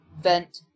Vent